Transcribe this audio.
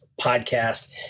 podcast